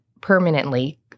permanently